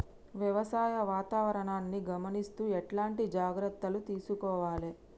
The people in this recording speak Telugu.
వ్యవసాయ వాతావరణాన్ని గమనిస్తూ ఎట్లాంటి జాగ్రత్తలు తీసుకోవాలే?